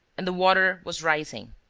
and the water was rising.